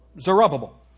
Zerubbabel